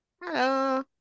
Hello